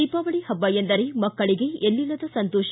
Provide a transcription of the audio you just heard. ದೀಪಾವಳಿ ಹಬ್ಬ ಎಂದರೆ ಮಕ್ಕಳಿಗೆ ಎಲ್ಲಿಲ್ಲದ ಸಂತೋಷ